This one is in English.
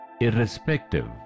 irrespective